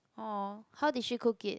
oh how did she cook it